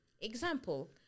Example